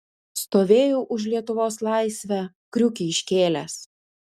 stovėjau už lietuvos laisvę kriukį iškėlęs